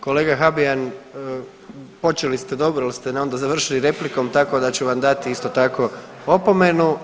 Kolega Habijan počeli ste dobro, ali ste onda završili replikom tako da ću vam dati isto tako opomenu.